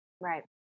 Right